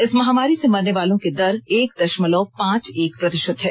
इस महामारी से मरने वालों की दर एक दशमलव पांच एक प्रतिशत है